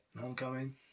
Homecoming